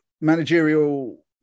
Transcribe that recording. managerial